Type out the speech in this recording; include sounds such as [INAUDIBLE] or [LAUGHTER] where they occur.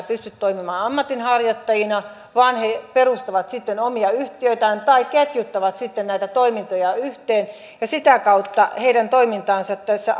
[UNINTELLIGIBLE] pysty toimimaan ammatinharjoittajina vaan he perustavat sitten omia yhtiöitään tai ketjuttavat sitten näitä toimintoja yhteen ja sitä kautta heidän toimintansa tässä [UNINTELLIGIBLE]